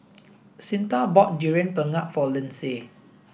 Cyntha bought durian pengat for Lindsay